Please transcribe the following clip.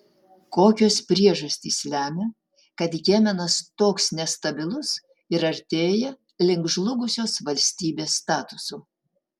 kokios priežastys lemia kad jemenas toks nestabilus ir artėja link žlugusios valstybės statuso